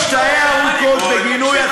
משפט סיכום, בבקשה, חבר הכנסת מיקי לוי.